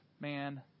man